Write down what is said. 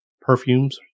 perfumes